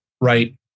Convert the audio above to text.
Right